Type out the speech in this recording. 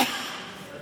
אני אגיד את זה גם מפה.